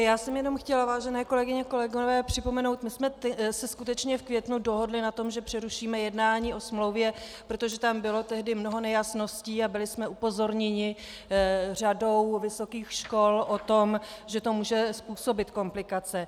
Já jsem jenom chtěla, vážené kolegyně, kolegové připomenout my jsme se skutečně v květnu dohodli na tom, že přerušíme jednání o smlouvě, protože tam bylo tehdy mnoho nejasností a byli jsme upozorněni řadou vysokých škol na to, že to může způsobit komplikace.